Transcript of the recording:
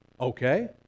okay